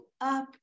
up